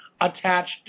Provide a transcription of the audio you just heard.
attached